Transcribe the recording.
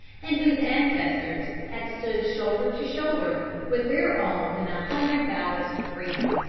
and whose ancestors had stood shoulder to shoulder with their own in a hundred battles for freedom.